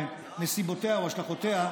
נסיבותיה או השלכותיה,